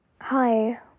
hi